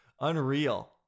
Unreal